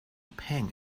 pang